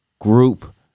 group